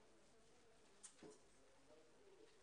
במהרה.